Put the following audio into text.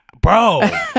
Bro